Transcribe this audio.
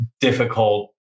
difficult